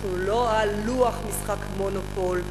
אנחנו לא על לוח משחק "מונופול".